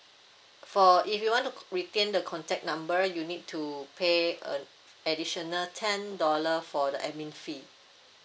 for if you want to retain the contact number you need to pay uh additional ten dollar for the administration fee